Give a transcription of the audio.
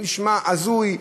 זה נשמע הזוי,